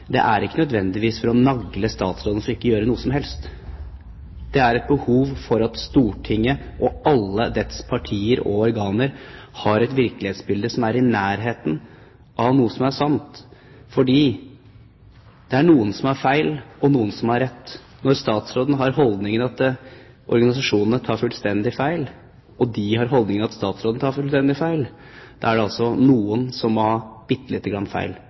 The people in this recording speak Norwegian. det er ikke nødvendigvis for å nagle statsråden for ikke gjør noe som helst. Det er et behov for at Stortinget og alle dets partier og organer har et virkelighetsbilde som er i nærheten av noe som er sant, fordi det er noen som har feil, og noen som har rett. Når statsråden har den holdningen at organisasjonene tar fullstendig feil, og de har den holdningen at statsråden tar fullstendig feil, er det altså noen som må ha bitte lite grann feil